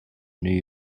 new